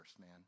man